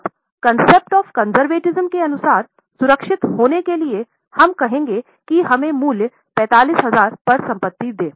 अब रूढ़िवाद की अवधारणा के अनुसार सुरक्षित होने के लिए हम कहेंगे कि हमें मूल्य 45000 पर संपत्ति दें